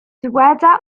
dyweda